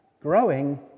Growing